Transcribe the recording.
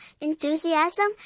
enthusiasm